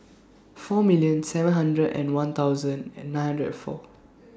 four million seven hundred and one thousand and nine hundred four